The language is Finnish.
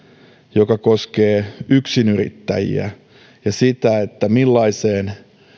joka koskee yksinyrittäjiä ja sitä millaiseen